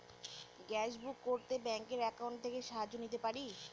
Gas book করতে ব্যাংকের account থেকে সাহায্য নিতে পারি?